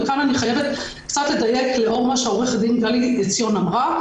וכאן אני חייבת קצת לדייק לאור מה שעו"ד גלי עציון אמרה.